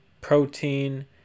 protein